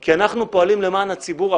כי אנחנו פועלים למען הציבור.